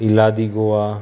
इलादी Goa